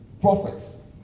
Prophets